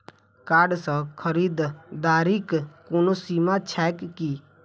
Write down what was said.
Card सँ खरीददारीक कोनो सीमा छैक की?